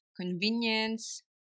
convenience